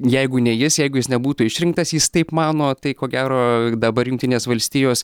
jeigu ne jis jeigu jis nebūtų išrinktas jis taip mano tai ko gero dabar jungtinės valstijos